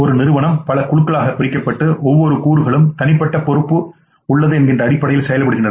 ஒரு நிறுவனம் பல குழுக்களாகப் பிரிக்கப்பட்டு ஒவ்வொரு கூறுகளுக்கும் தனிப்பட்ட பொறுப்பு உள்ளது என்கின்ற அடிப்படையில் செயல்படுகின்றன